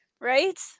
Right